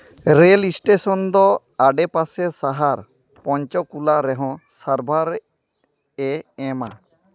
rail station ᱫᱚ ᱟᱰᱮ ᱯᱟᱥᱮ ᱥᱟᱦᱟᱨ ᱯᱚᱧᱪᱚᱠᱩᱞᱟ ᱨᱮᱦᱚᱸ ᱥᱟᱨᱵᱷᱟᱨ ᱮ ᱮᱢᱟ